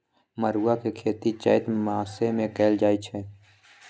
मरुआ के खेती चैत मासमे कएल जाए छै